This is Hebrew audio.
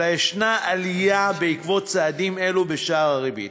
אלא יש עלייה בעקבות צעדים אלו בשער הריבית.